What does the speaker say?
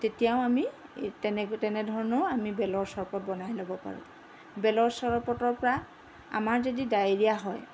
তেতিয়াও আমি তেনেধৰণেও আমি বেলৰ চৰপত বনাই ল'ব পাৰোঁ বেলৰ চৰপতৰ পৰা আমাৰ যদি ডায়েৰীয়া হয়